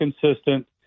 consistent